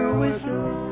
whistle